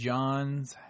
John's